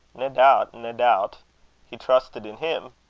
nae doubt, nae doubt he trusted in him.